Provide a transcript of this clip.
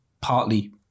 partly